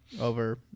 over